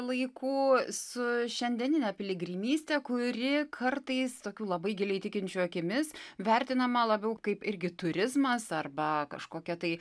laikų su šiandienine piligrimyste kuri kartais tokių labai giliai tikinčių akimis vertinama labiau kaip irgi turizmas arba kažkokia tai